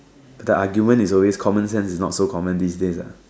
the argument is always common sense is not so common these days ah